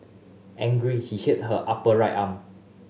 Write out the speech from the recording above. angry he hit her upper right arm